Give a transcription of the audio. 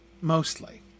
mostly